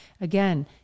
Again